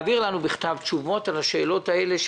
תשובות על השאלות האלה.